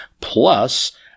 plus